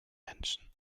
menschen